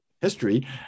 history